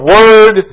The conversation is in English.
Word